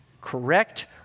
correct